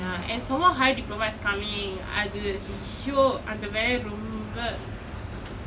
ya and somemore higher diploma is coming அது:athu !aiyo! அந்த வேலை ரொம்ப:antha velai romba